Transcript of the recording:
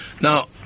Now